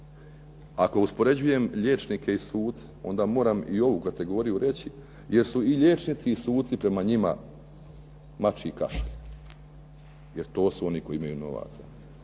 Ako uspoređujem liječnike i suce, onda moram i ovu kategoriju reći, jer su i liječnici i suci prema njima mačji kašalj, jer to su oni koji imaju novaca,